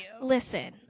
Listen